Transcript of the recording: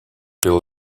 bill